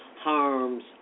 harm's